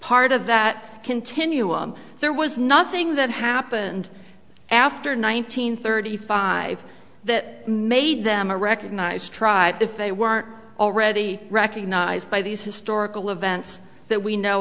part of that continuum there was nothing that happened after nineteen thirty five that made them a recognized tribe if they weren't already recognized by these historical events that we know